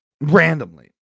Randomly